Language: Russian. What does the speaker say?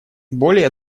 более